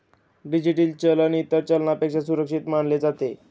digital चलन इतर चलनापेक्षा सुरक्षित मानले जाते